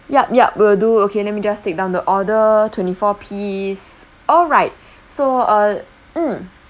yup yup will do okay let me just take down the order twenty four piece all right so err mm